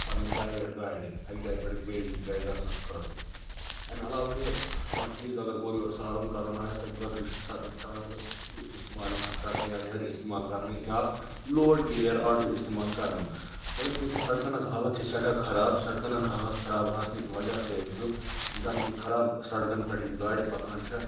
پَنٕںۍ پرٛایویٹ گاڑِ اَکہِ جایہِ پٮ۪ٹھ بیٚیہِ جایہِ گژھنَس خٲطرٕ اَمہِ علاوٕ چھِ کانٛہہ چیٖز اگر اورٕ یورٕ سارُن کَرُن آسہِ تَمہِ خٲطرٕ چھِ آسان ٹانٛگہٕ استعمال یِوان کَرنہٕ یا ریڈٕ استعمال کَرنہٕ یا لوڈ کیریَر آٹوٗ استعمال کَرنہٕ مگر چوٗنٛکہِ سڑکَن ہٕنٛز حالت چھِ سٮ۪ٹھاہ خراب سڑکَن ہٕنٛز حالت خراب آسنہٕ کہِ وجہ سۭتۍ چھُ ییٚمہِ ساتہٕ یِمَن خراب سڑکَن پٮ۪ٹھ یِم گاڑِ پَکان چھےٚ